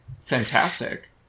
Fantastic